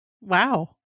wow